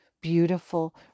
beautiful